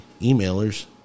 emailers